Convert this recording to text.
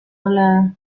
hablada